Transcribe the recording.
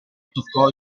toccò